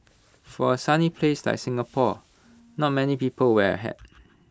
for A sunny place like Singapore not many people wear A hat